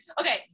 Okay